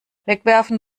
wegwerfen